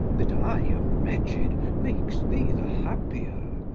that i am wretched makes thee the happier.